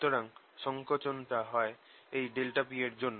সুতরাং সংকোচন টা হয় এই ∆p এর জন্য